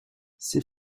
ses